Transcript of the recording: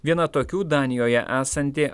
viena tokių danijoje esanti